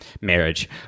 marriage